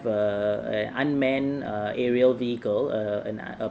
err an unmanned err aerial vehicle err and err